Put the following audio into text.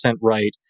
right